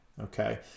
okay